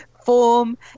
form